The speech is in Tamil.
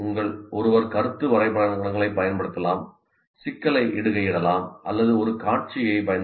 ஒருவர் கருத்து வரைபடங்களைப் பயன்படுத்தலாம் சிக்கலை இடுகையிடலாம் அல்லது ஒரு காட்சியைப் பயன்படுத்தலாம்